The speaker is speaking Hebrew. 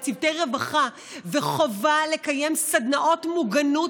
לצוותי רווחה וחובה לקיים סדנאות מוגנות